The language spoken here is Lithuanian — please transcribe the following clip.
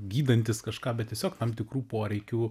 gydantis kažką bet tiesiog tam tikrų poreikių